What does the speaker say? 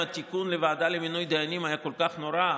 אם התיקון לוועדה למינוי דיינים היה כל כך נורא,